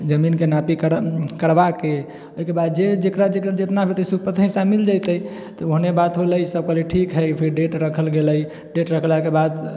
जमीनके नापी करबाके अयके बाद जे जेकरा जेकर जेतना हेतै सबके अपन हिस्सा मिल जेतै तऽ ओहने बात होलै सब कहले ठीक है फिर डेट राखल गेलै डेट रखलाके बाद